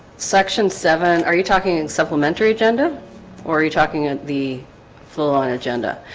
section seven, are you talking in supplementary agenda or are you talking at the full-on agenda?